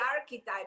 archetype